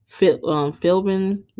Philbin